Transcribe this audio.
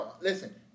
Listen